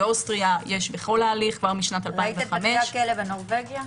באוסטריה יש בכל ההליך כבר משנת 2005. ראית את בתי הכלא בנורבגיה?